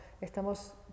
estamos